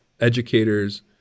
educators